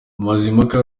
mazimpaka